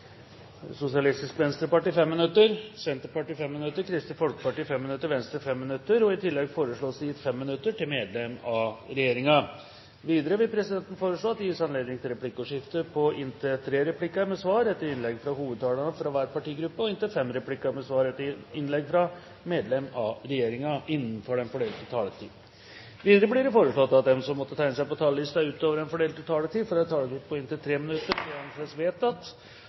Sosialistisk Venstreparti 5 minutter, Senterpartiet 5 minutter, Kristelig Folkeparti 5 minutter og Venstre 5 minutter. I tillegg foreslås det gitt 5 minutter til medlem av regjeringen. Videre vil presidenten foreslå at det gis anledning til replikkordskifte på inntil tre replikker med svar etter innlegg fra hovedtalerne fra hver partigruppe og inntil fem replikker med svar etter innlegg fra medlem av regjeringen innenfor den fordelte taletid. Videre blir det foreslått at de som måtte tegne seg på talerlisten utover den fordelte taletid, får en taletid på inntil 3 minutter. – Det anses vedtatt.